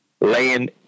laying